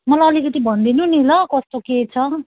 मलाई अलिकति भनिदिनु नि ल कस्तो के छ